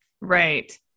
Right